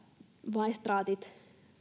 maistraatit